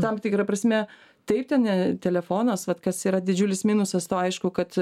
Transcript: tam tikra prasme taip ten telefonas vat kas yra didžiulis minusas to aišku kad